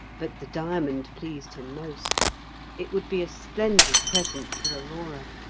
but the diamond pleased him most it would be a splendid present for aurora.